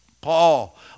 Paul